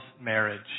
marriage